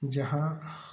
जहाँ